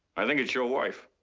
i think it's your wife.